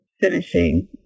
finishing